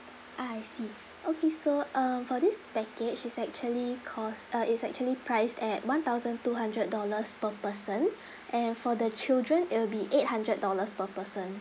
ah I see okay so uh for this package it's actually cost uh it's actually priced at one thousand two hundred dollars per person and for the children it will be eight hundred dollars per person